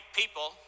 people